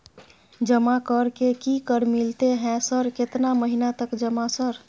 जमा कर के की कर मिलते है सर केतना महीना तक जमा सर?